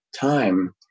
time